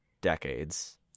decades